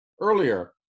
earlier